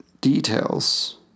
details